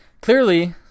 clearly